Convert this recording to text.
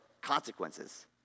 consequences